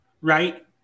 Right